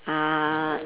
uh